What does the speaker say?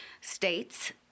states